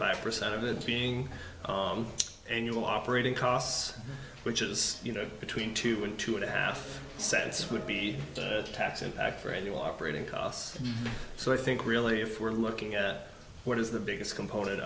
five percent of the being on annual operating costs which is you know between two and two and a half cents would be tax impact for annual operating costs so i think really if we're looking at what is the biggest component